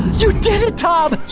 you did it tom,